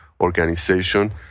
organization